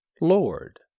Lord